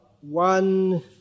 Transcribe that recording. one